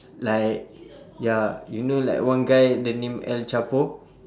like ya you know like one guy the name el chapo